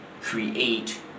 create